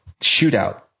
Shootout